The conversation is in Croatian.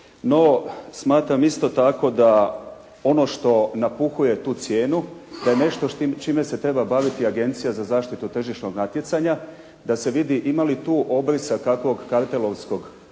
no smatram isto tako da ono što napuhuje tu cijenu da je nešto čime se treba baviti Agencija za zaštitu tržišnog natjecanja da se vidi ima li tu obrisa kakvog kartelovskog